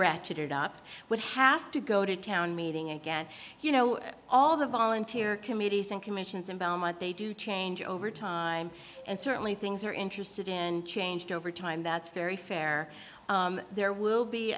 ratcheted up would have to go to town meeting again you know all the volunteer committees and commissions and they do change over time and certainly things are interested in change over time that's very fair there will be